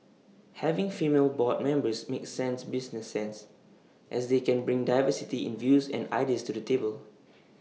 having female board members makes sense business sense as they can bring diversity in views and ideas to the table